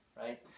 right